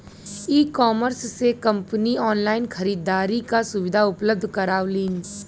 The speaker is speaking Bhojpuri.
ईकॉमर्स से कंपनी ऑनलाइन खरीदारी क सुविधा उपलब्ध करावलीन